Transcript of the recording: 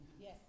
Yes